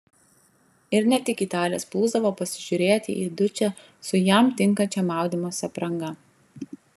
ir ne tik italės plūsdavo pasižiūrėti į dučę su jam tinkančia maudymosi apranga